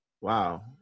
Wow